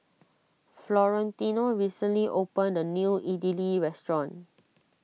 Florentino recently opened a new Idili restaurant